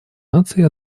наций